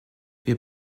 wir